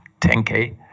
10k